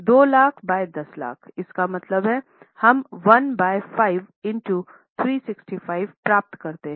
2 lakh by 10 lakh इसका मतलब है हम 1 बय 5 ईंटो 365 प्राप्त करते हैं